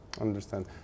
understand